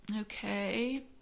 Okay